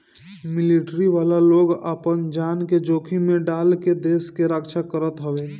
military वाला लोग आपन जान के जोखिम में डाल के देस के रक्षा करत हवे